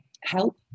help